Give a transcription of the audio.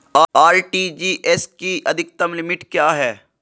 RTGS की अधिकतम limit क्या है?